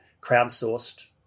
crowdsourced